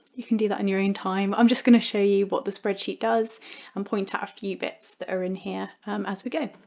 you can do that in your own time, i'm just going show you what the spreadsheet does and point out ah a few bits that are in here as we go.